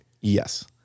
Yes